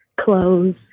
clothes